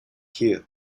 here